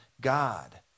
God